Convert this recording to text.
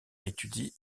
étudie